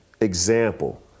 example